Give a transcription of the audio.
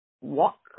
walk